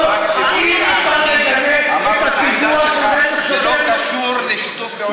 אני רוצה לשאול אותך שאלה,